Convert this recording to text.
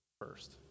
first